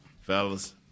fellas